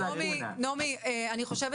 נעמי,